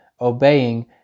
obeying